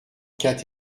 quatre